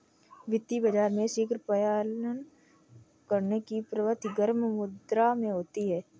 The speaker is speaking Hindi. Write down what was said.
वित्तीय बाजार में शीघ्र पलायन करने की प्रवृत्ति गर्म मुद्रा में होती है